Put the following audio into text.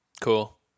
Cool